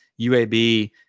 UAB